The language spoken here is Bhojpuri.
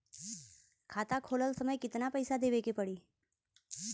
खाता खोलत समय कितना पैसा देवे के पड़ी?